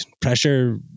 pressure